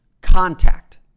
contact